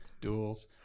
duels